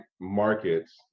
markets